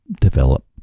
develop